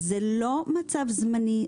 זה לא מצב זמני,